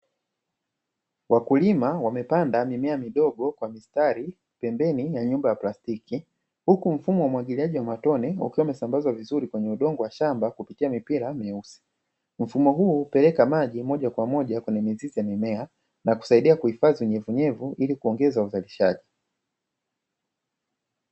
Wakulima wamepanda mimea midogo kwa mistari pembeni ya nyumba ya plastiki, huku mfumo wa umwagiliaji wa matone ukiwa umesambazwa vizuri kwenye udongo wa shamba kupitia mipira myeusi. Mfumo huu hupeleka maji moja kwa moja kwenye mizizi ya mimea na kusaidia kuhifadhi unyevunyevu ili kuongeza uzalishaji.